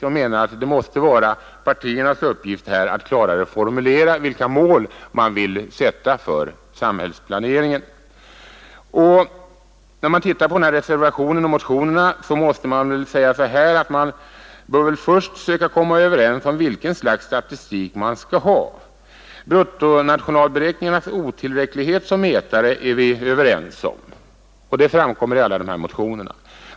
Jag menar att det måste vara partiernas uppgift att klarare formulera vilka mål man vill sätta för samhällsplaneringen. När man tittar på reservationerna och motionerna måste man väl säga sig, att vi först måste söka komma överens om vilket slags statistik vi vill ha. Bruttonationalberäkningarnas otillräcklighet som mätare är vi överens om, och det framkommer i motionerna.